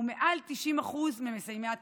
הוא מעל 90% ממסיימי התיכון.